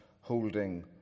holding